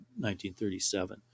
1937